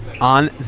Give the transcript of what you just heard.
on